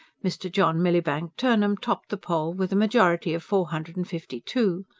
mr. john millibank turnham topped the poll with a majority of four hundred and fifty-two.